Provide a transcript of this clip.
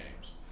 games